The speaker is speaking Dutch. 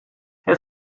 het